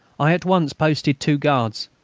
i at once posted two guards,